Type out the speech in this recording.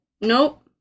Nope